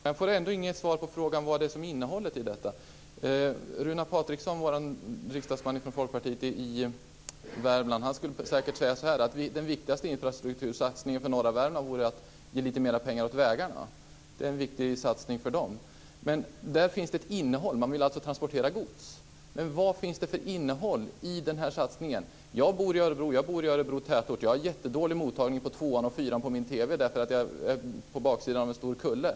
Fru talman! Jag får ändå inget svar på frågan vad som är innehållet i detta. Runar Patriksson, vår riksdagsman från Folkpartiet i Värmland, skulle säkert säga att den viktigaste infrastruktursatsningen för norra Värmland vore att ge lite mer pengar till vägarna. Det är en viktig satsning för dem. Där finns ett innehåll, man vill alltså transportera gods. Vad finns det för innehåll i den här satsningen? Jag bor i Örebro tätort. Jag har jättedålig mottagning på 2:an och 4:an på min TV eftersom jag bor på baksidan av en stor kulle.